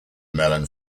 mellon